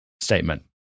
statement